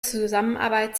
zusammenarbeit